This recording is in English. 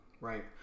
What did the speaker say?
right